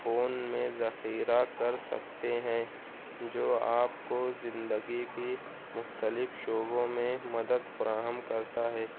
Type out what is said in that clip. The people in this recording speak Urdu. فون میں ذخیرہ کر سکتے ہیں جو آپ کو زندگی کی مختلف شعبوں میں مدد فراہم کرتا ہے